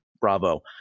bravo